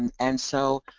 and and so,